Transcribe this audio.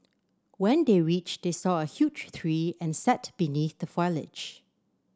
when they reached they saw a huge tree and sat beneath the foliage